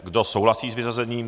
Kdo souhlasí s vyřazením?